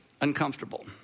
uncomfortable